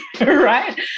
right